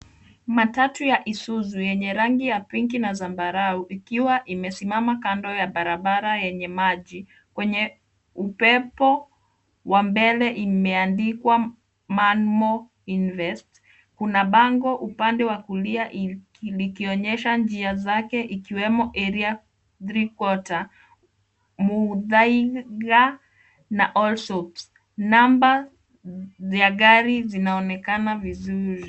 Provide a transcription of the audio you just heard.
Matatu ya Isuzu yenye rangi ya pinki na zambarau ikiwa imesimama kando ya barabara yenye maji. Kwenye upepo wa mbele imeandikwa man more invest, kuna bango upande wa kulia likionyesha njia zake ikiwemo Area three quater, Muthaiga na Allsops. Namba ya gari zinaonekana vizuri.